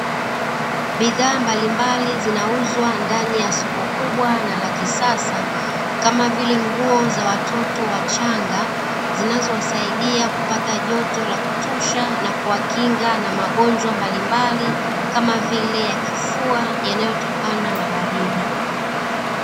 Bidhaa mbalimbali zinauzwa ndani ya soko kubwa na la kisasa kama vile nguo za watoto wachanga, zinazowasaidia kupata joto la kutosha na kuwakinga na magonjwa mbalimbali kama vile ya kifua yanayotokana na baridi.